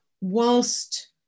whilst